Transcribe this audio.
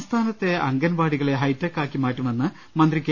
സംസ്ഥാനത്തെ അംഗൻവാടികളെ ഹൈടെക് ആക്കി മാറ്റുമെന്ന് മന്ത്രി കെ